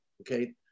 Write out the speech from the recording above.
Okay